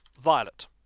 Violet